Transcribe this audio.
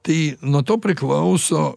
tai nuo to priklauso